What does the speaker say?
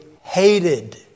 hated